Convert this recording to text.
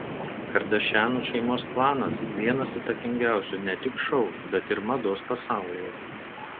kardašianų šeimos klanas vienas įtakingiausių ne tik šou bet ir mados pasaulyje